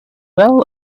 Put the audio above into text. well